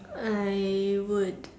I would